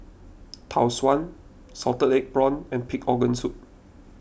Tau Suan Salted Egg Prawns and Pig Organ Soup